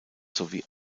sowie